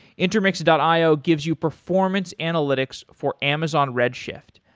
intermix and io gives you performance analytics for amazon redshift.